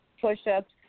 push-ups